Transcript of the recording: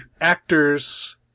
actors